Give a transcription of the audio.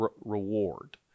reward